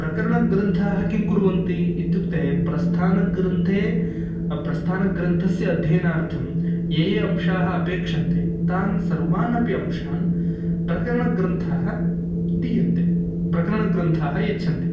प्रकरणग्रन्थाः किं कुर्वन्ति इत्युक्ते प्रस्थानग्रन्थे प्रस्थानग्रन्थस्य अध्ययनार्थं ये ये अंशाः अपेक्षन्ते तान् सर्वानपि अंशान् प्रकरणग्रन्थः दीयन्ते प्रकरणग्रन्थाः यच्छन्ति